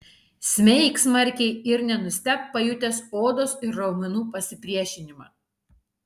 smeik smarkiai ir nenustebk pajutęs odos ir raumenų pasipriešinimą